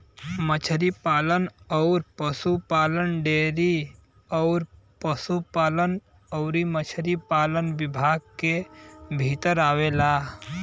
मछरी पालन अउर पसुपालन डेयरी अउर पसुपालन अउरी मछरी पालन विभाग के भीतर आवेला